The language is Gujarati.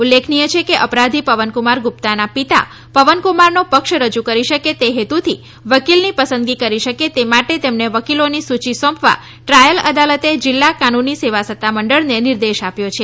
ઉલ્લેખનીય છેકે અપરાધી પવનકુમાર ગુપ્તાના પિતા પવનકુમારનો પક્ષ રજૂ કરી શકે તે હેતુથી વકીલની પસંદગી કરી શકે તે માટે તેમને વકીલોની સૂચી સોપવા ટ્રાયલ અદાલતે જીલ્લા કાનૂની સેવા સત્તામંડળને નિર્દશ આપ્યો છે